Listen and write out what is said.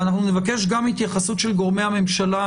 אנחנו נבקש גם התייחסות של גורמי הממשלה,